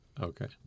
Okay